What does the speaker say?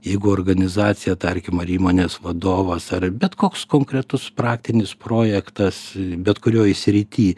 jeigu organizacija tarkim ar įmonės vadovas ar bet koks konkretus praktinis projektas bet kurioj srity